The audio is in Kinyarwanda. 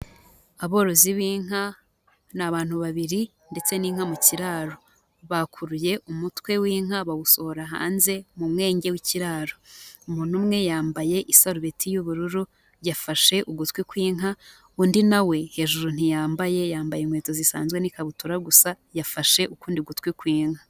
Aborozi b'inka ni abantu babiri ndetse n'inka mu kiraro. Bakuruye umutwe w'inka bawusohora hanze mu mwenge w'ikiraro, umuntu umwe yambaye isarubeti y'ubururu yafashe ugutwi kw'inka, undi na we hejuru ntiyambaye yambaye inkweto zisanzwe n'ikabutura gusa yafashe ukundi gutwi kw'inka.